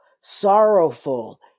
sorrowful